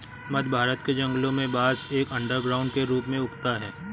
मध्य भारत के जंगलों में बांस एक अंडरग्राउंड के रूप में उगता है